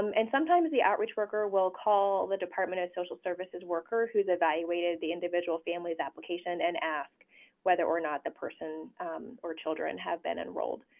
um and sometimes the outreach worker will call the department of social services worker who has evaluated the individual family's application and ask whether or not the person or children have been enrolled.